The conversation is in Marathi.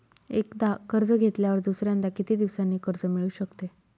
एकदा कर्ज घेतल्यावर दुसऱ्यांदा किती दिवसांनी कर्ज मिळू शकते?